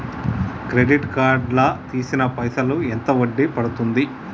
Credit card లా తీసిన పైసల్ కి ఎంత వడ్డీ పండుద్ధి?